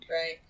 Right